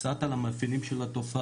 קצת על המאפיינים של התופעה,